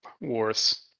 Wars